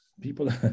people